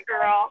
girl